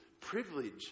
privilege